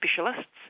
specialists